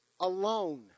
alone